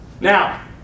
Now